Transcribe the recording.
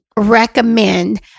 recommend